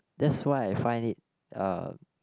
that's why I find it uh